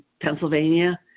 Pennsylvania